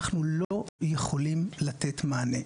אנחנו לא יכולים לתת מענה,